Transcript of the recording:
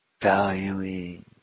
valuing